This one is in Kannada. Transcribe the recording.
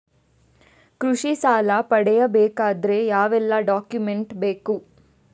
ಕೃಷಿ ಸಾಲ ಪಡೆಯಬೇಕಾದರೆ ಯಾವೆಲ್ಲ ಡಾಕ್ಯುಮೆಂಟ್ ಬೇಕು?